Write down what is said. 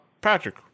Patrick